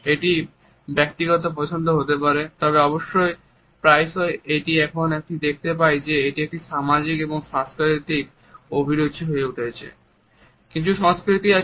এটি ব্যক্তিগত পছন্দ হতে পারে তবে প্রায়শই এখন আমরা দেখতে পাই যে এটি একটি সামাজিক এবং সাংস্কৃতিক অভিরুচি হয়ে উঠেছে